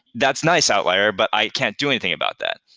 that's nice outlier, but i can't do anything about that,